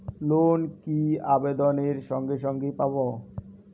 Loan কি আবেদনের সঙ্গে সঙ্গে পাব?